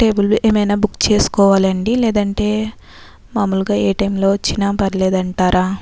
table ఏమైనా book చేసుకోవాలండి లేదంటే మామూలుగా ఏ టైమ్ లో వచ్చినా పర్లేదు అంటారా